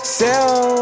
sell